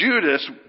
Judas